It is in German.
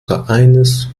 vereins